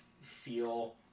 feel